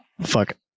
fuck